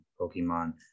Pokemon